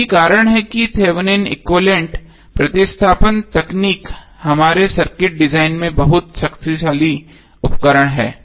यही कारण है कि यह थेवेनिन एक्विवैलेन्ट प्रतिस्थापन तकनीक हमारे सर्किट डिजाइन में बहुत शक्तिशाली उपकरण है